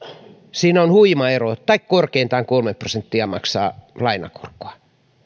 siinä on huima ero tai korkeintaan kolme prosenttia maksaa lainakorkoa